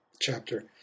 chapter